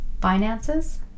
Finances